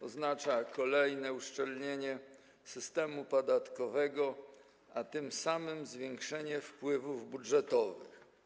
Oznacza kolejne uszczelnienie systemu podatkowego, a tym samym zwiększenie wpływów budżetowych.